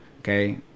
Okay